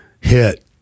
hit